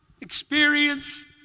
experience